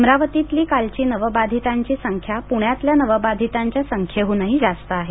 अमरावतीतली कालची नवबाधितांची संख्या पुण्यातल्या नवबाधितांच्या संख्येह्नही जास्त आहे